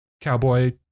cowboy